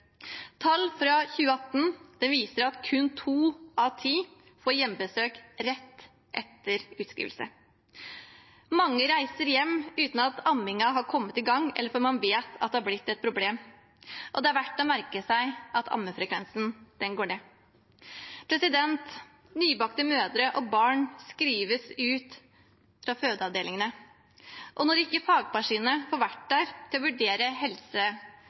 Tall fra 2018 viser at kun to av ti får hjemmebesøk rett etter utskriving. Mange reiser hjem uten at ammingen har kommet i gang, eller før man vet at det har blitt et problem, og det er verdt å merke seg at ammefrekvensen går ned. Nybakte mødre og barn skrives ut fra fødeavdelingene, og når ikke fagpersoner får vært der til å vurdere